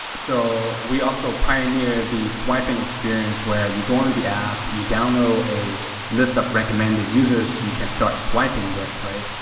so we also pioneer the swiping experience where you go on the app, you download a list of recommended users you can start swiping with, right?